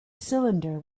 cylinder